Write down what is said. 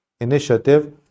initiative